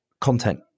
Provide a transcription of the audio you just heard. content